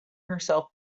herself